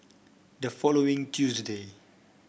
the following Tuesday